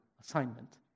assignment